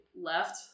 left